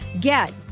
Get